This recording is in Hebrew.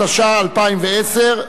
התשע"א 2010,